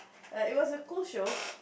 like it was a good show